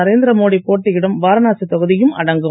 நரேந்திரமோடி போட்டியிடும் வாரணாசி தொகுதியும் அடங்கும்